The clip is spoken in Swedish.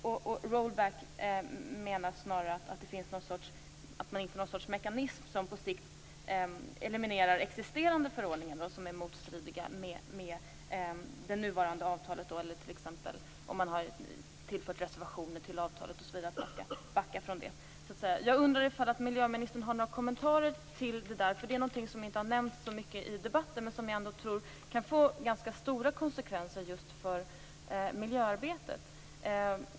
Med roll back menas snarare att man inför en sorts mekanism som på sikt eliminerar existerande förordningar som är motstridiga med det nuvarande avtalet, t.ex. om man har tillfört reservationer till avtalet och man skall backa från det. Jag undrar om miljöministern har några kommentarer till det. Det har inte nämnts så mycket i debatten, men det kan få ganska stora konsekvenser för miljöarbetet.